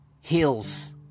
hills